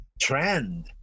trend